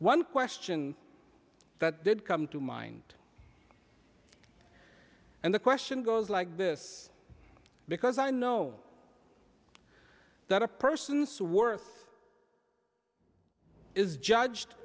one question that did come to mind and the question goes like this because i know that a person's worth is judged